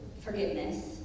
forgiveness